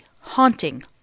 haunting